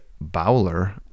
Bowler